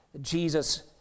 Jesus